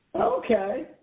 Okay